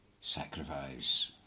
sacrifice